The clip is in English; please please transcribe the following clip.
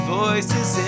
voices